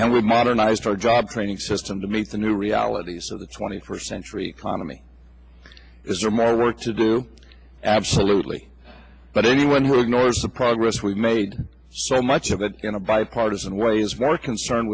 and would modernize our job training system to meet the new realities of the twenty first century economy is there more work to do absolutely but anyone who ignores the progress we've made so much of it in a bipartisan way is more concerned